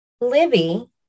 Libby